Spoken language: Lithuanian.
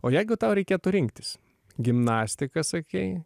o jeigu tau reikėtų rinktis gimnastika sakei